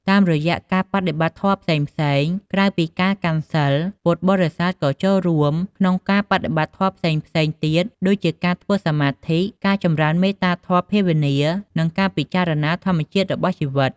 តាមរយៈការបដិបត្តិធម៌ផ្សេងៗ ក្រៅពីការកាន់សីល ពុទ្ធបរិស័ទក៏ចូលរួមក្នុងការបដិបត្តិធម៌ផ្សេងៗទៀត ដូចជាការធ្វើសមាធិ ការចម្រើនមេត្តាភាវនា ការពិចារណាធម្មជាតិរបស់ជីវិត ។